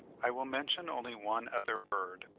i will mention only one other bird,